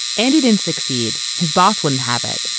andy didn't succeed, his boss wouldn't have it.